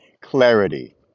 clarity